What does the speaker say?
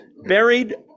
Buried